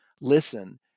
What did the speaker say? listen